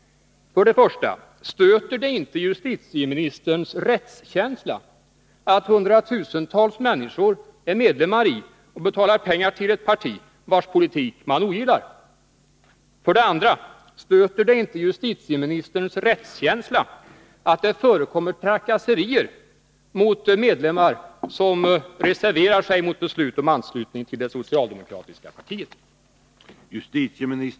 För det första: Stöter det inte justitieministerns rättskänsla att hundratusentals människor är medlemmar i och betalar pengar till ett parti vars politik de ogillar? För det andra: Stöter det inte justitieministerns rättskänsla att det förekommer trakasserier mot medlemmar som reserverar sig mot beslut om anslutning till det socialdemokratiska partiet?